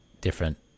different